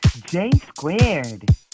J-squared